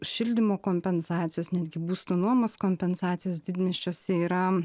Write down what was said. šildymo kompensacijos netgi būsto nuomos kompensacijos didmiesčiuose yra